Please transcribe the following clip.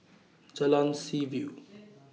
Jalan Seaview